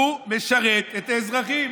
הוא משרת את האזרחים.